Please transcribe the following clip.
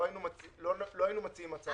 לא היינו מציעים הצעה כזאת.